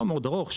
לא מאוד ארוך,